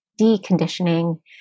deconditioning